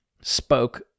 spoke